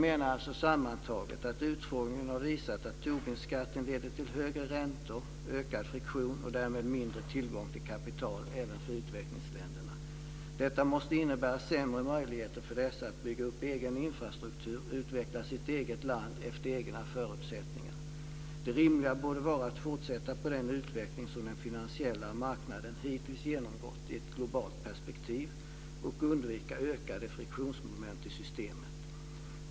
Sammantaget menar jag alltså att utfrågningen har visat att Tobinskatten leder till högre räntor, ökad "friktion" och därmed mindre tillgång till kapital, även för utvecklingsländerna. Detta måste innebära sämre möjligheter för dessa att bygga upp en egen infrastruktur och att utveckla sitt eget land efter egna förutsättningar. Det rimliga borde vara att fortsätta på den utveckling som den finansiella marknaden hittills genomgått i ett globalt perspektiv och att undvika ökade "friktionsmoment" i systemen.